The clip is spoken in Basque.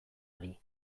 ari